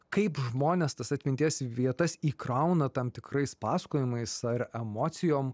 kaip žmonės tas atminties vietas įkrauna tam tikrais pasakojimais ar emocijom